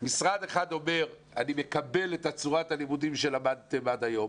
משרד אחד אומר 'אני מקבל את צורת הלימודים שלמדתם עד היום',